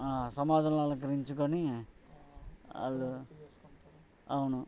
సమాధులు అలంకరించుకొని వాళ్ళు అవును